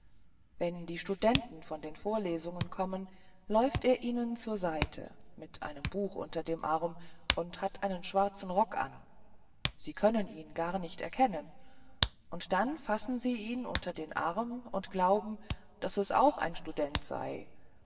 wenn die studenten von den vorlesungen kommen läuft er ihnen zur seite mit einem buch unter dem arm und hat einen schwarzen rock an sie können ihn gar nicht erkennen und dann fassen sie ihn unter den arm und glauben daß es auch ein student sei